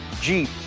Jeep